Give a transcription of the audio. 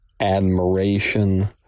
admiration